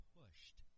pushed